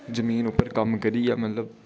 जमीन उप्पर कम्म करियै मतलब